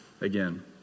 again